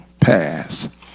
pass